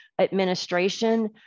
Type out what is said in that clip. administration